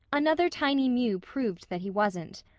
another tiny mew proved that he wasn't.